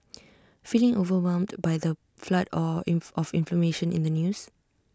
feeling overwhelmed by the flood all in of information in the news